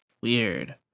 weird